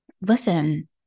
listen